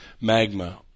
magma